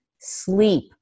sleep